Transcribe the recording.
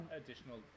additional